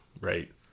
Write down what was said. Right